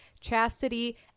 chastity